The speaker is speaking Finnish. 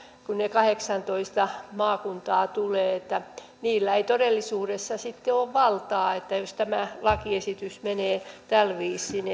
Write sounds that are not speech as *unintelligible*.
kun ne kahdeksantoista maakuntaa tulevat niin niillä ei todellisuudessa sitten ole valtaa jos tämä lakiesitys menee tällä viisiin *unintelligible*